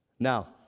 Now